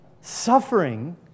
Suffering